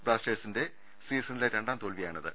ബ്ലാസ്റ്റേഴ്സിന്റെ സീസിണിലെ രണ്ടാം തോൽവിയാണിത്